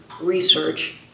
research